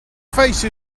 face